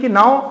now